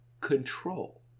control